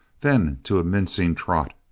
then to a mincing trot,